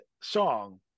song